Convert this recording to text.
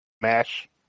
Mash